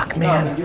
man.